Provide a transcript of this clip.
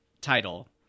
title